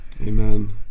Amen